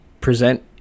present